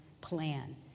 plan